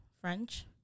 French